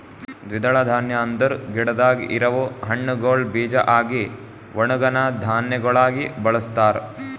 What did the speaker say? ದ್ವಿದಳ ಧಾನ್ಯ ಅಂದುರ್ ಗಿಡದಾಗ್ ಇರವು ಹಣ್ಣುಗೊಳ್ ಬೀಜ ಆಗಿ ಒಣುಗನಾ ಧಾನ್ಯಗೊಳಾಗಿ ಬಳಸ್ತಾರ್